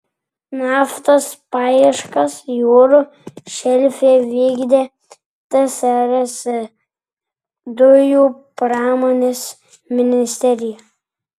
naftos paieškas jūrų šelfe vykdė tsrs dujų pramonės ministerija